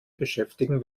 beschäftigen